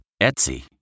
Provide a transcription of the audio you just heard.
Etsy